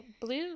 blue